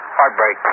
Heartbreak